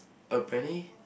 a penny